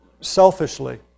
selfishly